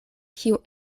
kiu